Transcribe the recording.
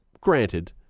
granted